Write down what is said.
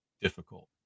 difficult